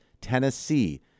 tennessee